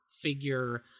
figure